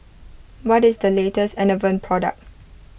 what is the latest Enervon product